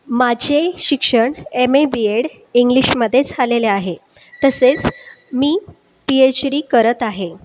माझे शिक्षण M A B Ed इंग्लिशमध्ये झालेले आहे तसेच मी पीएच डी करत आहे